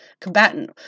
combatant